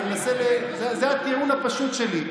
זה הטיעון הפשוט שלי,